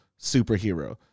superhero